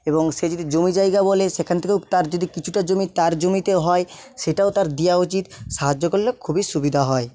এবং সে যদি জমিজায়গা বলে সেখান থেকেও তার যদি কিছুটা জমি তার জমিতে হয় সেটাও তার দেওয়া উচিত সাহায্য করলে খুবই সুবিধা হয়